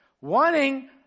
wanting